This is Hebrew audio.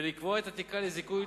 ולקבוע את התקרה לזיכוי,